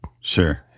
Sure